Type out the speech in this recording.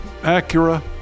Acura